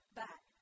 back